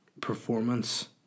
performance